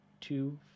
Two